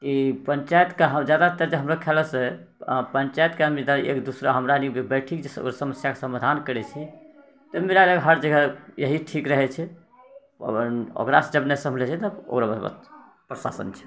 की पंचायत के जादातर जे हमरा खयाल से पंचायत के आदमी तऽ एकदूसरा हमराअनी बैठी के जे समस्या के समाधान करै छै तऽ मिलाजुला कऽ हर जगह यही ठीक रहै छै ओकरा से जब नहि सम्हलै छै तऽ ओकराबाद प्रशासन छै